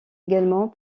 également